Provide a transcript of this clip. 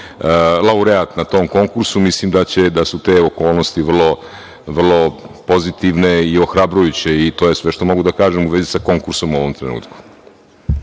laureat na tom konkursu, mislim da su te okolnosti vrlo pozitivne i ohrabrujuće, i to je sve što mogu da kažem u vezi sa konkursom u ovom trenutku.